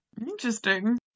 Interesting